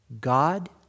God